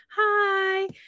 hi